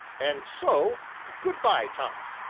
and so, good-by, tom!